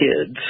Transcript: kids